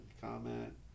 comment